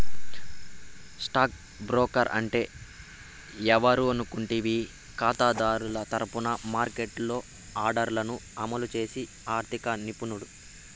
stock broker అంటే ఎవరనుకుంటివి కాతాదారుల తరపున మార్కెట్లో ఆర్డర్లను అమలు చేసి ఆర్థిక నిపుణుడు